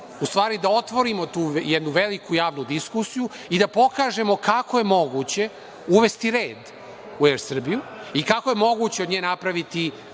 bi mogli da otvorimo tu jednu veliku javnu diskusiju i da pokažemo kako je moguće uvesti red „u ER Srbiju“ i kako je moguće od nje napraviti